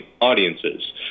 audiences